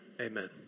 amen